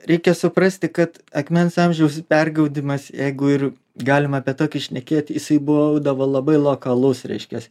reikia suprasti kad akmens amžiaus pergaudymas jeigu ir galima apie tokį šnekėt jisai būdavo labai lokalus reiškias